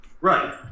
Right